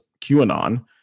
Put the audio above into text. QAnon